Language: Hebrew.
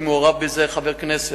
בזה חבר כנסת,